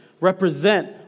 represent